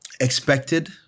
expected